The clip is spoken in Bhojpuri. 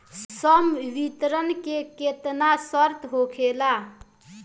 संवितरण के केतना शर्त होखेला?